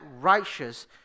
righteous